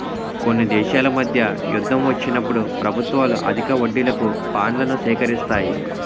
కొన్ని దేశాల మధ్య యుద్ధం వచ్చినప్పుడు ప్రభుత్వాలు అధిక వడ్డీలకు బాండ్లను సేకరిస్తాయి